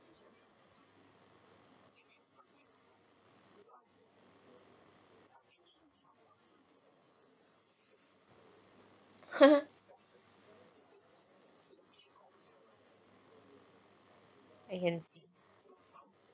I can see